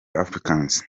africans